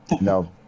No